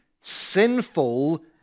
sinful